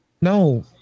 No